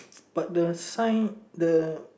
but the sign the